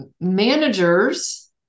managers